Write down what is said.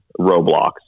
Roblox